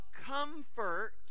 comfort